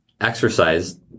Exercise